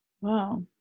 Wow